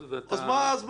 אבל מה זה קשור?